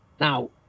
Now